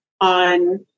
on